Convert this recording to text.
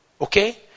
Okay